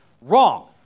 Wrong